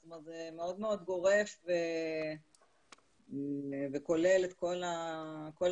זה מאוד גורף וכולל את כל המקרים.